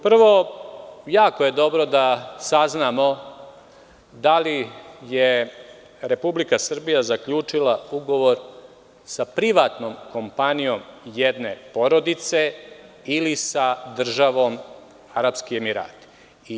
Prvo, jako je dobro da saznamo da li je Republika Srbija zaključila ugovor sa privatnom kompanijom jedne porodice ili sa državom Arapski emirati.